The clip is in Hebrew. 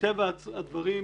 מטבע הדברים,